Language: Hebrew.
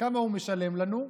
מכובדי השר,